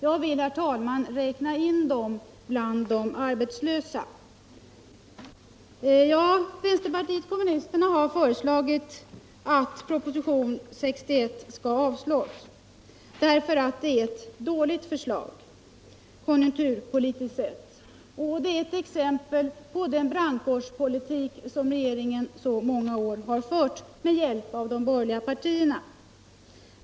Jag vill, herr talman, räkna in dessa senare grupper bland de arbetslösa. Vänsterpartiet kommunisterna har föreslagit att propositionen 61 skall avslås därför att det är ett dåligt förslag, konjunkturpolitiskt sett, och är ett exempel på den ”brandkårspolitik” som regeringen under så många år har fört med hjälp av de borgerliga partierna.